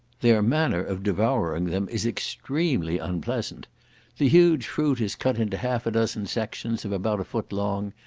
their manner of devouring them is extremely unpleasant the huge fruit is cut into half a dozen sections, of about a foot long,